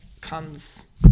comes